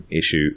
Issue